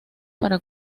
para